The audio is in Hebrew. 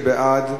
שבעד,